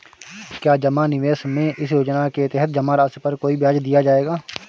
क्या जमा निवेश में इस योजना के तहत जमा राशि पर कोई ब्याज दिया जाएगा?